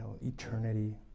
eternity